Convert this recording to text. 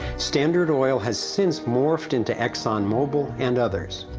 standard oil has since morphed into exxon mobil and others.